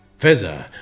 Feza